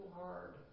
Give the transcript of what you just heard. hard